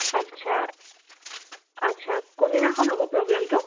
আচ্ছা আচ্ছা কোনদিনাখন হ'ব প্ৰগ্ৰামটো